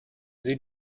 sie